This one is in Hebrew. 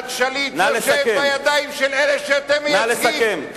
גלעד שליט יושב בידיים של אלה שאתם מייצגים,